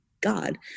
god